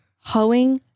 Hoeing